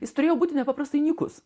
jis turėjo būti nepaprastai nykūs